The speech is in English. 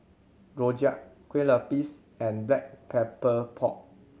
rojak Kueh Lapis and Black Pepper Pork